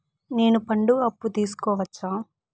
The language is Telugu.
నేను పండుగ అప్పు తీసుకోవచ్చా?